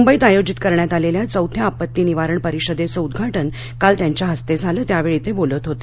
मुंबईमध्ये आयोजित करण्यात आलेल्या चौथ्या आपत्ती निवारण परिषदेचं उद्घाटन काल त्यांच्या हस्ते झालं त्यावेळी ते बोलत होते